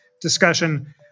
discussion